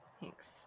Thanks